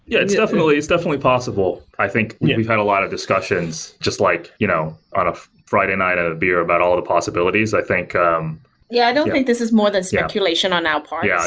yeah, it's definitely it's definitely possible. i think we've we've had a lot of discussions just like you know on a friday night and a beer about all of the possibilities. i think um yeah, i don't think this is more than speculation on our part. yeah